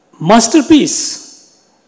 Masterpiece